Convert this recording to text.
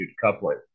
coupling